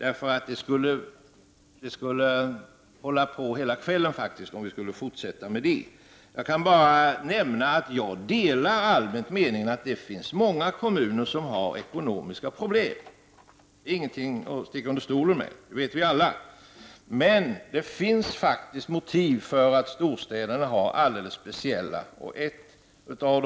Vi skulle hålla på hela kvällen om vi skulle göra det. Jag skall bara nämna att jag delar allmänt meningen att det finns många kommuner som har ekonomiska problem. Det är ingenting att sticka under stol med, det vet vi alla. Men det finns faktiskt skäl till att storstäderna har alldeles speciella problem.